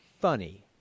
funny